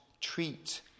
treat